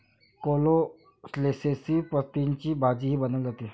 कोलोसेसी पतींची भाजीही बनवली जाते